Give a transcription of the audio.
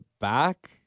back